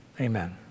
Amen